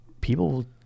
people